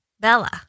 Bella